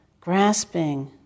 grasping